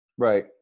Right